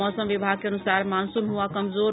मौसम विभाग के अनुसार मॉनसून हुआ कमजोर